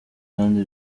kandi